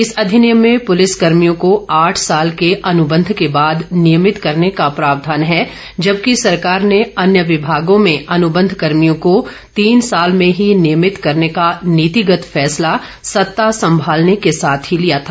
इस अधिनियम में पुलिस कर्मियों को आठ साल के अनुबंध के बाद नियमित करने का प्रावधान है जबकि सरकार ने अन्य विमागों में अनुबंध कर्मियों को तीन साल में ही ॅनियमित करने का नीतिगत फैसला सत्ता संभालने के साथ ही लिया था